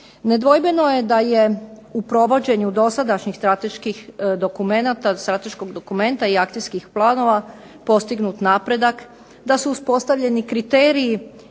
Nedvojbeno je da je u provođenju strateških dokumenata, strateškog dokumenta i akcijskih planova postignut napredak, da su uspostavljeni kriteriji